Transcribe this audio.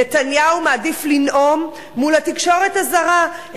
נתניהו מעדיף לנאום מול התקשורת הזרה,